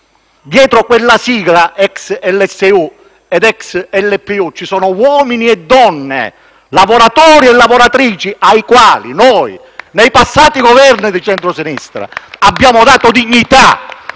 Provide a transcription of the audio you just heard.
Dietro quella sigla ex LSU ed ex LPU ci sono uomini e donne, lavoratori e lavoratrici ai quali noi, nei passati Governi di centrosinistra, abbiamo dato dignità,